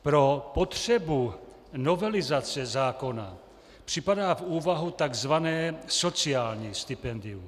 Pro potřebu novelizace zákona připadá v úvahu tzv. sociální stipendium.